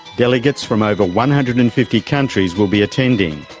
delegates from over one hundred and fifty countries will be attending.